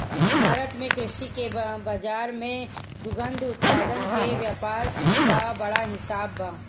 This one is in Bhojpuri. भारत में कृषि के बाजार में दुग्ध उत्पादन के व्यापार क बड़ा हिस्सा बा